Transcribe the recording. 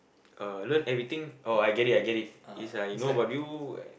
uh learn everything oh I get it I get is like you know about you